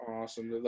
awesome